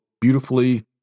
beautifully